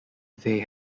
they